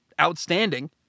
outstanding